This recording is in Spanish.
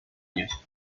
años